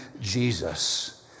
Jesus